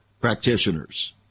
practitioners